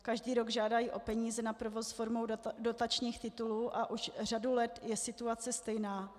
Každý rok žádají o peníze na provoz formou dotačních titulů a už řadu let je situace stejná.